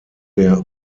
der